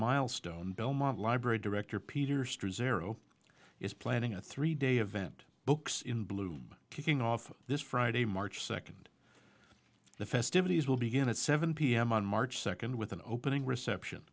milestone belmont library director peter st zero is planning a three day event books in bloom kicking off this friday march second the festivities will begin at seven pm on march second with an opening reception